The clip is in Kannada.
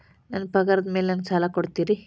ನನ್ನ ಪಗಾರದ್ ಮೇಲೆ ನಂಗ ಸಾಲ ಕೊಡ್ತೇರಿ?